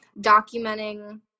documenting